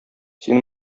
син